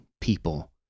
people